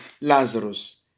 Lazarus